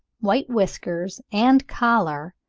white whiskers and collar,